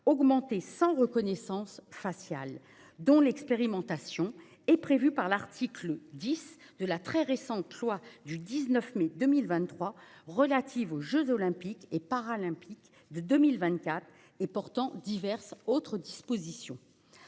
augmentées, sans reconnaissance faciale, dont l'expérimentation est prévue par l'article 10 de la très récente loi du 19 mai 2023 relative aux jeux Olympiques et Paralympiques de 2024 et portant diverses autres dispositions.